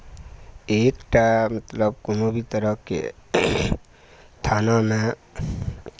एक टा मतलब कोनो भी तरहके थानामे